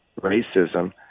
racism